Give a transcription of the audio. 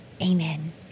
Amen